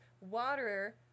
water